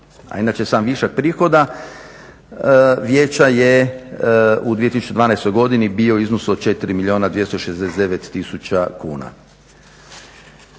a inače sam višak prihoda vijeća je u 2012. godini bio u iznosu od 4 milijuna 269 tisuća kuna.